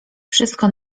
wszystko